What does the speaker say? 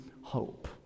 hope